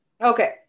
Okay